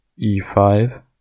e5